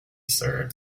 sir